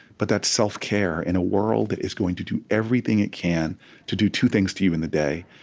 but that self-care in a world that is going to do everything it can to do two things to you in the day.